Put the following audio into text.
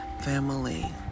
family